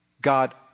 God